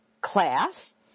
Class